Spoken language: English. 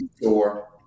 store